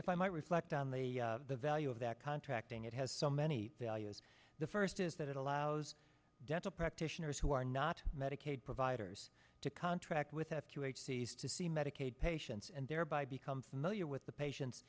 if i might reflect on the the value of that contracting it has so many values the first is that it allows dental practitioners who are not medicaid providers to contract with out to agencies to see medicaid patients and thereby become familiar with the patien